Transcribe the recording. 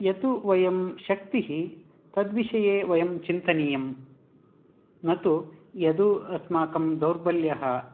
यत् वयं शक्तिः तद्विषये वयं चिन्तनीयं न तु यद् अस्माकं दौर्बल्यः